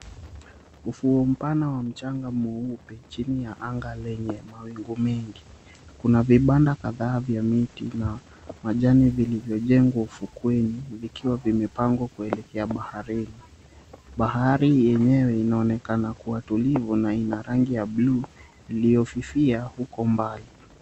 Ufuo mpana wa mchanga mweupe chini ya anga lenye mawingu mengi. Kuna vibanda kadhaa vya miti na majani vilivyojengwa ufukweni vikiwa vimepangwa kuelekea baharini. Bahari yenyewe inaonekana kuwa tulivu na ina rangi ya buluu iliyofifia huko mbali.